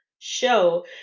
Show